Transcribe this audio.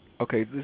Okay